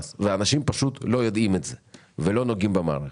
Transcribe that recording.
ואנשים פשוט לא יודעים את זה ולא מגיעים למערכת.